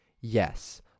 yes